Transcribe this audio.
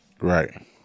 Right